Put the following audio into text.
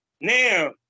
now